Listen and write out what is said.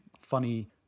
funny